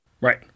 right